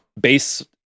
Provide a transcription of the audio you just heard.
Base